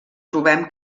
trobem